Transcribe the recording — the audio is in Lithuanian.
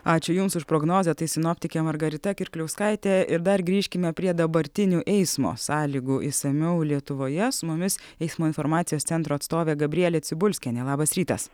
ačiū jums už prognozę tai sinoptikė margarita kirkliauskaitė ir dar grįžkime prie dabartinių eismo sąlygų išsamiau lietuvoje su mumis eismo informacijos centro atstovė gabrielė cibulskienė labas rytas